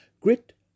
grit